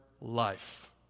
life